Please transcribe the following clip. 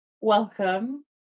Welcome